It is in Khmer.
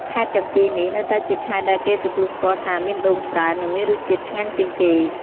ខេត្តទាំងពីរនេះ នៅតែជាខេត្តដែលគេទទួលស្គាល់ថាមានដូងច្រើន និងមានរសជាតិឆ្ងាញ់ជាងគេ។